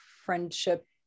friendship